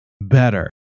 better